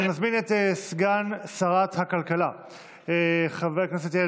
אני מזמין את סגן שרת הכלכלה חבר הכנסת יאיר